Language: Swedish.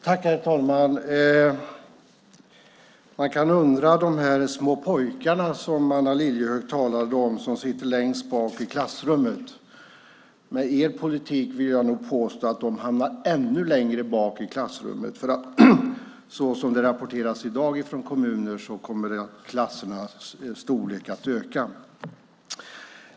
Herr talman! Man kan undra hur det går för de små pojkar som sitter längst bak i klassrummet som Anna Lilliehöök talade om. Jag vill nog påstå att de med er politik hamnar ännu längre bak i klassrummet. Såsom det rapporteras i dag från kommuner kommer klassernas storlek att öka.